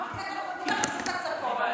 את הצפון.